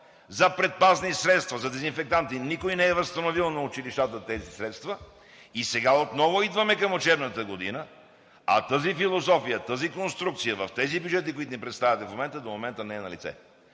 за предпазни средства, за дезинфектанти. Никой не е възстановил на училищата тези средства и сега отново идваме към учебната година, а тази философия, тази конструкция в тези бюджети, които ни представяте, до момента не е налице.